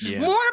More